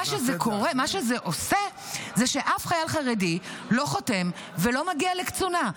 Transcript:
תור מספר 23 מה שזה עושה זה שאף חייל חרדי לא חותם ולא מגיע לקצונה.